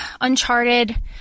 Uncharted